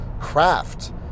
craft